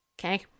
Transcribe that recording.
Okay